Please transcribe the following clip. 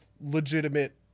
legitimate